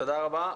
תודה רבה.